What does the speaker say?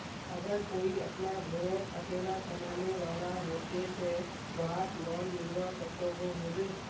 अगर कोई अपना घोरोत अकेला कमाने वाला होचे ते वाहक लोन मिलवा सकोहो होबे?